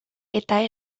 eta